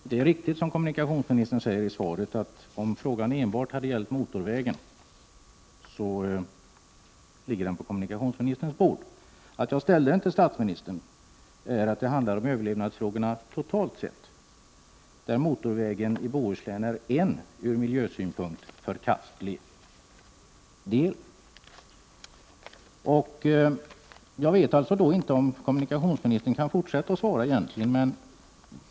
Fru talman! Det är riktigt som kommunikationsministern säger i svaret, att frågan ligger på kommunikationsministerns bord — om den enbart hade gällt motorvägen. Att jag ställde frågan till statsministern beror på att den handlar om överlevnadsfrågorna totalt sett, där motorvägen i Bohuslän bara är en ur miljösynpunkt förkastlig del. Jag vet alltså inte om kommunikationsministern egentligen kan fortsätta svara.